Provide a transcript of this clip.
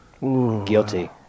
Guilty